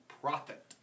profit